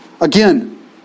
Again